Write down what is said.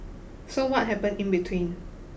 so what happened in between